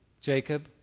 Jacob